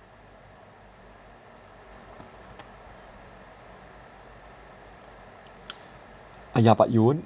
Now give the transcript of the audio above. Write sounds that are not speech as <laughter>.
<noise> uh yeah but you won't